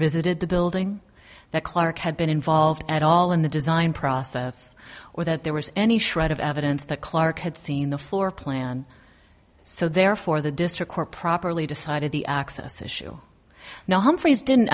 visited the building that clarke had been involved at all in the design process or that there was any shred of evidence that clarke had seen the floorplan so therefore the district court properly decided the access issue no humphrys didn't